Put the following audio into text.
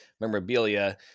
memorabilia